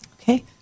Okay